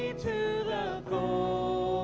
ah to go